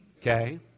Okay